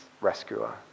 rescuer